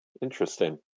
Interesting